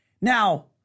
Now